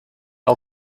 all